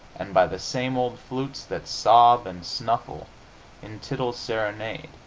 and by the same old flutes that sob and snuffle in tit'l's serenade.